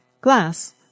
glass